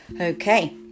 Okay